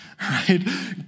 right